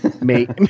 mate